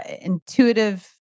intuitive